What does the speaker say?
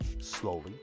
slowly